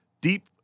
Deep